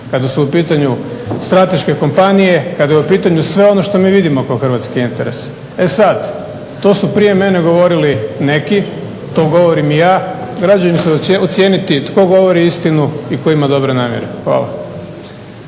kada su u pitanju strateške kompanije, kada je u pitanju sve ono što mi vidimo kao hrvatski interes. E sad, to su prije mene govorili neki, to govori i ja. Građani će ocijeniti tko govori istinu i tko ima dobre namjere. Hvala.